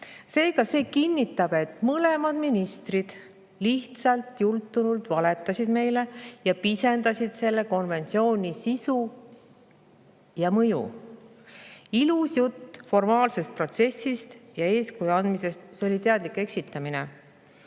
see kinnitab, et mõlemad ministrid lihtsalt jultunult valetasid meile ja pisendasid selle konventsiooni sisu ja mõju. Ilus jutt formaalsest protsessist ja eeskuju andmisest oli teadlik eksitamine.